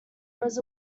was